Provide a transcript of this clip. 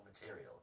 material